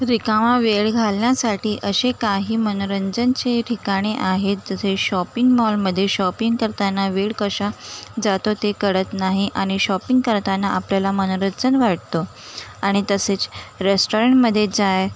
रिकामा वेळ घालवण्यासाठी असे काही मनोरंजनाचे ठिकाणे आहेत जसे शॉपिंग मॉलमध्ये शॉपिंग करताना वेळ कसा जातो ते कळत नाही आणि शॉपिंग करताना आपल्याला मनोरंजन वाटतं आणि तसेच रेस्टाॅरंटमध्ये जाय